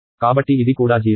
కాబట్టి ఇది కూడా 0